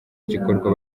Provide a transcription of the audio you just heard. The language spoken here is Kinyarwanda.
igikorwa